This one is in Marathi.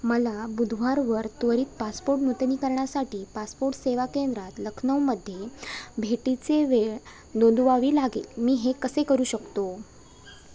मला बुधवारवर त्वरित पासपोर्ट नूतनीकरणासाठी पासपोर्ट सेवा केंद्रात लखनौमध्ये भेटीची वेळ नोंदवावी लागेल मी हे कसे करू शकतो